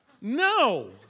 No